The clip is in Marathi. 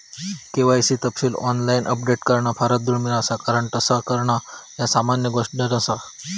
के.वाय.सी तपशील ऑनलाइन अपडेट करणा फारच दुर्मिळ असा कारण तस करणा ह्या सामान्य गोष्ट नसा